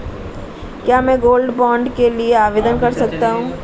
क्या मैं gold bond के लिए आवेदन कर सकता हूं?